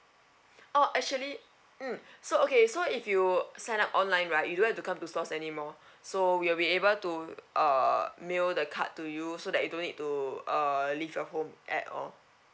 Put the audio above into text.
oh actually mm so okay so if you sign up online right you don't have to come to stores anymore so we'll be able to uh mail the card to you so that you don't need to uh leave your home at all